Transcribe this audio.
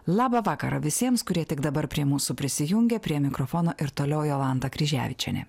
labą vakarą visiems kurie tik dabar prie mūsų prisijungė prie mikrofono ir toliau jolanta kryževičienė